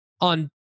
on